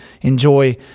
enjoy